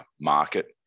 market